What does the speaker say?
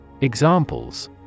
Examples